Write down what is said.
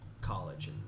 college